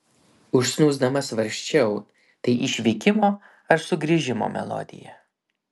užsnūsdama svarsčiau tai išvykimo ar sugrįžimo melodija